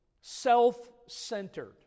self-centered